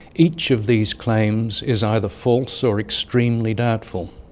each of these claims is either false or extremely doubtful.